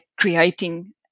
creating